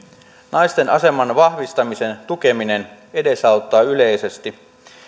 naisten aseman vahvistamisen tukeminen edesauttaa yleisesti